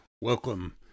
welcome